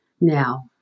Now